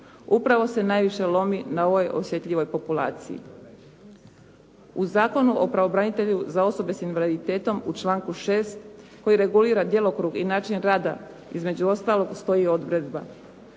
Upravo se najviše lomi na ovoj osjetljivoj populaciji. U Zakonu o pravobranitelju za osobe sa invaliditetom u članku 6. koji regulira djelokrug i način rada između ostaloga stoji odredba: